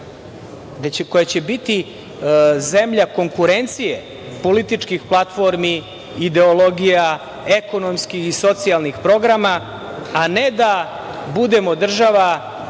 koja će biti zemlja konkurencije političkih platformi, ideologija, ekonomskih i socijalnih programa. Da ne budemo država